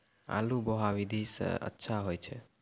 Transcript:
आलु बोहा विधि सै अच्छा होय छै?